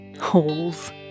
Holes